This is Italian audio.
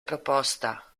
proposta